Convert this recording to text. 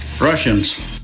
Russians